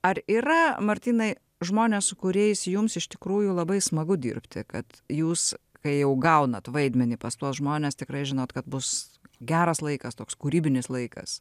ar yra martynai žmonės su kuriais jums iš tikrųjų labai smagu dirbti kad jūs kai jau gaunat vaidmenį pas tuos žmones tikrai žinot kad bus geras laikas toks kūrybinis laikas